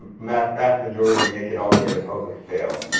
vast vast majority make it all the way to public sale.